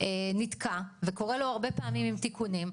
נתקע וקורה לו הרבה פעמים עם תיקונים,